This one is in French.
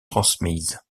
transmises